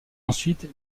ensuite